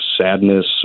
sadness